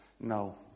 no